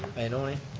ioannoni.